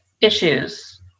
Issues